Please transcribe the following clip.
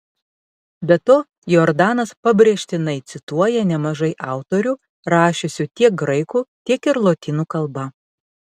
be to jordanas pabrėžtinai cituoja nemažai autorių rašiusių tiek graikų tiek ir lotynų kalba